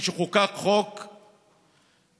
כשחוקק חוק הלאום,